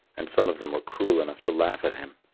and some of them were cruel enough to laugh at him.